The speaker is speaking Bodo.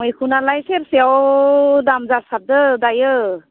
मैखुनालाय सेरसेयाव दाम जासाबदों दायो